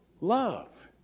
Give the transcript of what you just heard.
love